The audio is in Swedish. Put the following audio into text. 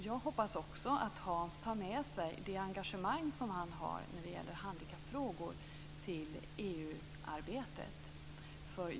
Jag hoppas att Hans tar med sig det engagemang som han har i handikappfrågor till EU arbetet.